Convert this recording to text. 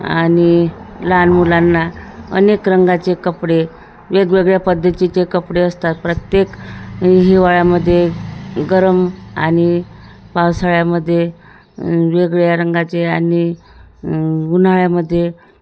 आणि लहान मुलांना अनेक रंगाचे कपडे वेगवेगळ्या पद्धतीचे कपडे असतात प्रत्येक हिवाळ्यामध्ये गरम आणि पावसाळ्यामध्ये वेगळ्या रंगाचे आणि उन्हाळ्यामध्ये